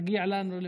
מגיעים לנו,